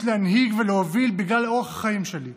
להנהיג ולהוביל בגלל אורח החיים שלי,